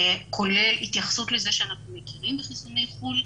כולל התייחסות לזה שאנחנו מכירים בחיסוני חו"ל,